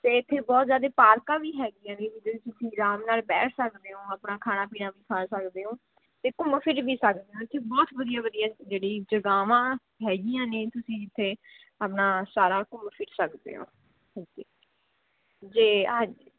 ਅਤੇ ਇੱਥੇ ਬਹੁਤ ਜ਼ਿਆਦੇ ਪਾਰਕਾਂ ਵੀ ਹੈਗੀਆਂ ਨੇ ਜਿਹਦੇ ਵਿੱਚ ਤੁਸੀਂ ਆਰਾਮ ਨਾਲ ਬੈਠ ਸਕਦੇ ਹੋ ਆਪਣਾ ਖਾਣਾ ਪੀਣਾ ਵੀ ਖਾ ਸਕਦੇ ਓ ਅਤੇ ਘੁੰਮ ਫਿਰ ਵੀ ਸਕਦੇ ਹੋ ਇੱਥੇ ਬਹੁਤ ਵਧੀਆ ਵਧੀਆ ਜਿਹੜੀ ਜਗ੍ਹਾਵਾਂ ਹੈਗੀਆਂ ਨੇ ਤੁਸੀਂ ਇੱਥੇ ਆਪਣਾ ਸਾਰਾ ਘੁੰਮ ਫਿਰ ਸਕਦੇ ਹੋ ਹਾਂਜੀ ਜੇ ਅੱਜ